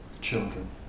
children